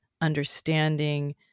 understanding